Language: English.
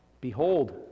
Behold